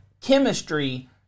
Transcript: chemistry